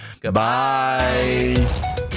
Goodbye